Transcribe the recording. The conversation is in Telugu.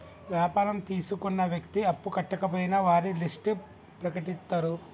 వ్యాపారం తీసుకున్న వ్యక్తి అప్పు కట్టకపోయినా వారి లిస్ట్ ప్రకటిత్తరు